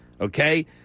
Okay